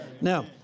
Now